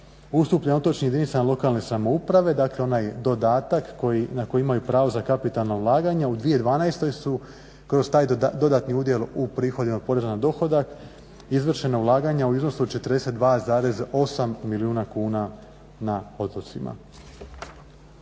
ustupljen otočnim jedinicama lokalne samouprave, dakle onaj dodatak na koji imaju pravo za kapitalna ulaganja. U 2012.su kroz taj dodatni udjel … porezna na dohodak izvršena ulaganja u iznosu od 42,8 milijuna kuna na otocima.